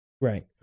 right